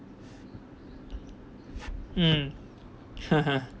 mm